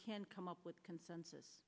can come up with a consensus